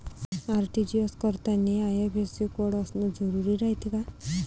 RTGS करतांनी IFSC code असन जरुरी रायते का?